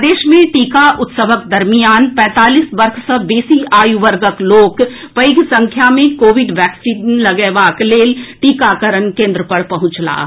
प्रदेश मे टीका उत्सवक दरमियान पैतालीस वर्ष सँ बेसी आयु वर्गक लोक पैघ संख्या मे कोविड वैक्सीन लगएबाक लेल टीकाकरण केन्द्र पर पहुंचलाह